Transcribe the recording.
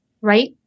right